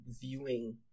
viewing